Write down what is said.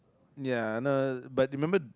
ya no but remember